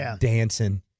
dancing